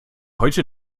heute